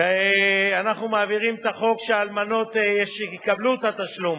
ואנחנו מעבירים את החוק שאלמנות יקבלו את התשלום